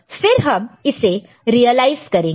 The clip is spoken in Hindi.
फिर हम इसे रियलाइज करेंगे